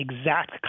exact